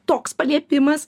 toks paliepimas